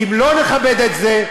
כי אם לא נכבד את זה,